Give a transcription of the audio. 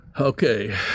Okay